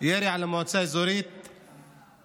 היה ירי על מועצה אזורית בדרום,